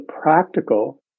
practical